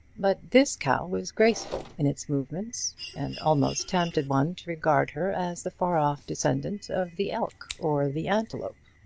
but this cow was graceful in its movements, and almost tempted one to regard her as the far-off descendant of the elk or the antelope.